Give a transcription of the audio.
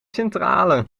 centrale